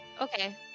Okay